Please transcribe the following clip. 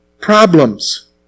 Problems